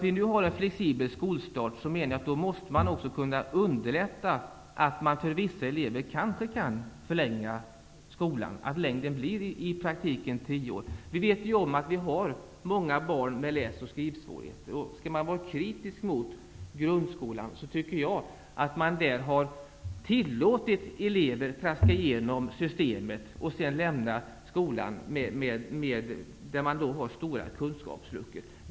I och med att skolstarten numera är flexibel borde det vara möjligt att underlätta en förlängning av skoltiden för vissa elever, dvs. till tio år. Många barn har ju läs och skrivsvårigheter, och det går att rikta kritik mot grundskolan. Man har tillåtit elever traska igenom systemet och sedan lämna skolan med stora kunskapsluckor.